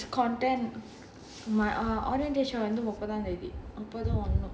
nop it's content my orientation வந்து முப்பதம் தேதி அப்போ தான் வந்தோம்:vandhu muppathaam thaethi appothaan vandhom